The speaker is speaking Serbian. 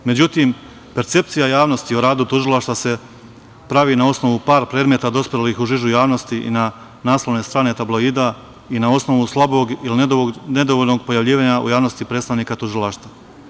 Međutim, percepcija javnosti o radu tužilaštva se pravi na osnovu par predmeta dospelih u žižu javnosti i na naslovne strane tabloida, kao i na osnovu slabog i nedovoljnog pojavljivanja u javnosti predstavnika Tužilaštva.